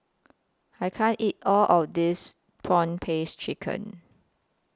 I can't eat All of This Prawn Paste Chicken